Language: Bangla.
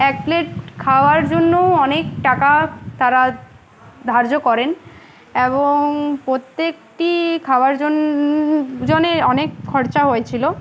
এক প্লেট খাওয়ার জন্যও অনেক টাকা তারা ধার্য করেন এবং পোত্যেকটি খাওয়ার জন্য জনে অনেক খরচা হয়েছিলো